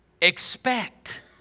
Expect